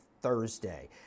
Thursday